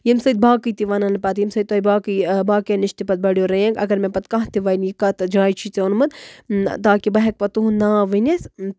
ییٚمہِ سۭتۍ باقٕے تہِ وَنن پَتہٕ ییٚمہِ سۭتۍ تۄہہِ باقٕے باقین نِش تہِ پَتہٕ بَڑیو رینک اَگر مےٚ پَتہٕ کانہہ تہِ وَنہِ یہِ کَتہِ جایہِ چھُے ژےٚ اوٚنمُت تاکہِ بہٕ ہٮ۪کہٕ پَتہٕ تٔہُند ناو ؤنِتھ